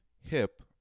hip